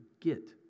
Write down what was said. get